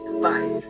bye